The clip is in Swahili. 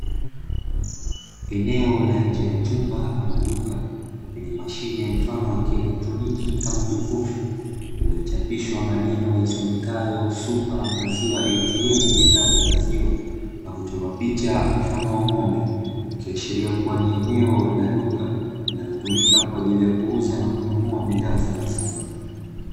Eneo la nje ya chumba ama duka lenye mashine mfano wa kielektroniki kama jokofu, liliochapishwa maneno yasomekayo "super maziwa ATM" bidhaa za maziwa, na kuchorwa picha mfano wa ng’ombe ikiashiria kuwa ni eneo la duka linalotumika kwa ajili ya kuuza na kununua bidhaa za maziwa.